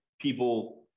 people